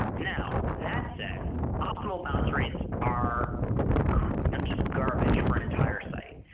now, that said, optimal bounce rates are just garbage for an entire site.